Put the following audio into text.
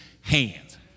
hands